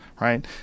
right